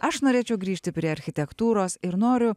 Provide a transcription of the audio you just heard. aš norėčiau grįžti prie architektūros ir noriu